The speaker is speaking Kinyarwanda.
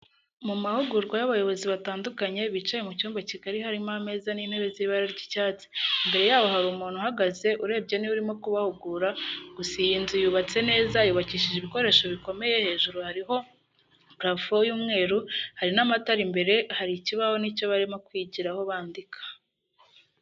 Mamahugurwa yabayobozi batandukanye bicaye mucyumba kigali harimo ameza nintebe zibara ry,icyatsi imbere yabo hari umuntu uhagaze urebye niwe urimo kubahugura gusa iyinzuyubatseneza yubakishije ibikoresho bikomeye hejuru hariho parafo y,umweru hari namatara imbere hari ikibaho nicyo barimo kwigiraho bandika.